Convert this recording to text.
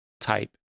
type